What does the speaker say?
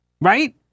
right